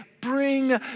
Bring